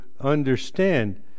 understand